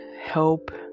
help